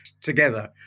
together